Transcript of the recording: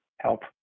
help